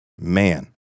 Man